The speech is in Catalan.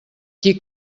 qui